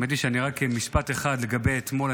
באמת, רק משפט אחד לגבי אתמול.